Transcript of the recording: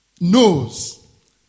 knows